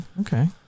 okay